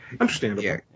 Understandable